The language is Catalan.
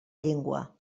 llengua